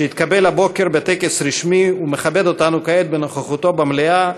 שהתקבל הבוקר בטקס רשמי ומכבד אותנו כעת בנוכחותו במליאה,